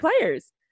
players